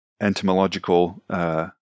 entomological